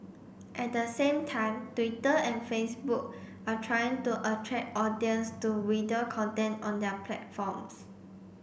at the same time Twitter and Facebook are trying to attract audience to video content on their platforms